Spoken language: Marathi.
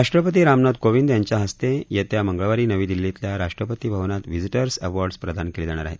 राष्ट्रपती रामनाथ कोविंद यांच्या हस्ते येत्या मंगळवारी नवी दिल्लीतल्या राष्ट्रपती भवनात व्हिजीटर्स अवॉर्डस प्रदान केले जाणार आहेत